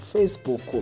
Facebook